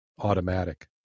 automatic